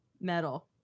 metal